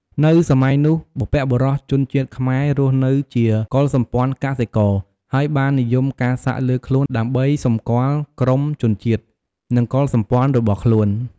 នៅសម័យនោះ បុព្វបុរសជនជាតិខ្មែររស់នៅជាកុលសម្ព័ន្ធកសិករ ហើយបាននិយមការសាក់លើខ្លួនដើម្បីសម្គាល់ក្រុមជនជាតិ និងកុលសម្ព័ន្ធរបស់ខ្លួន។